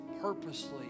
purposely